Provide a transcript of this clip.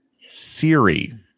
Siri